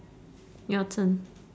your turn